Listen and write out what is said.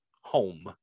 home